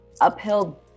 uphill